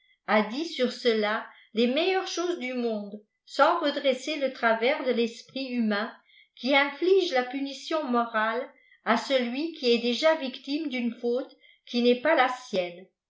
a dit sur cela les meilleures choses du monde sans redresser le travers de tespri humain qui inflige la punition morale à celui qui est déjà victime d'une faute qui n'est pas la sienne